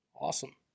Awesome